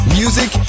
music